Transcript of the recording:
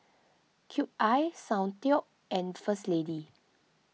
Cube I Soundteoh and First Lady